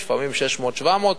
לפעמים זה 600 700,